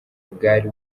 bwari